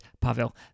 Pavel